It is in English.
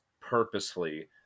purposely